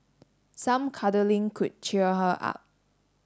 some cuddling could cheer her up